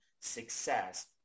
success